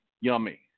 Yummy